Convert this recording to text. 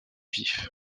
vif